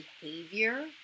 behavior